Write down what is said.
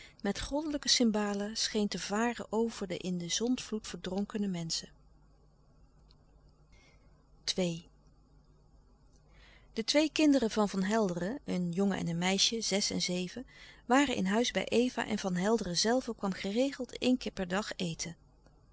met goddelijke cymbalen scheen te varen over de in den zondvloed verdronkene menschen louis couperus de stille kracht de twee kinderen van van helderen een jongen en een meisje zes en zeven waren in huis bij eva en van helderen zelve kwam geregeld een keer per dag eten